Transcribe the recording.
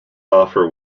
offer